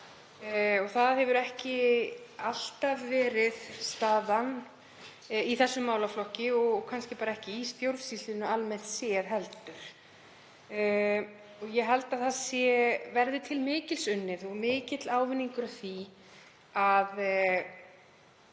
Það hefur ekki alltaf verið staðan í þessum málaflokki og kannski ekki í stjórnsýslunni almennt séð heldur. Ég held að það verði til mikils unnið og mikill ávinningur af því að